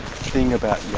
thing about